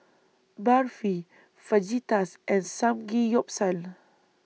Barfi Fajitas and Samgeyopsal